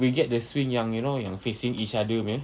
we get the swing yang you know yang facing each other punya